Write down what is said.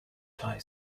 thai